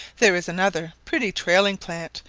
there is another pretty trailing plant,